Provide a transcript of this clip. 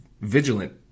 vigilant